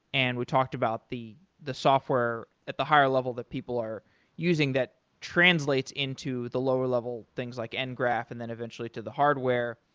and we talked about the the software at the higher level that people are using that translates into the lower level things like and ngraph and then eventually to the hardware.